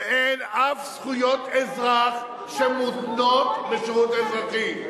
ואין שום זכויות אזרח שמותנות בשירות אזרחי.